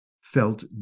felt